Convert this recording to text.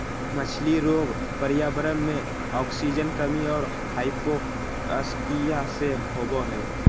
मछली रोग पर्यावरण मे आक्सीजन कमी और हाइपोक्सिया से होबे हइ